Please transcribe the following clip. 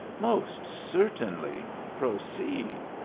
most certainly. proceed.